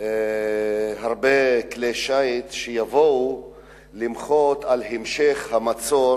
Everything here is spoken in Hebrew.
הרבה כלי שיט שיבואו למחות על המשך המצור